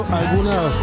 algunas